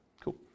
Cool